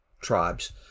tribes